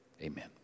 amen